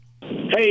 Hey